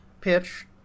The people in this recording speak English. pitch